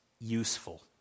useful